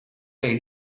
hil